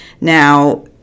Now